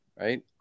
right